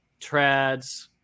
trads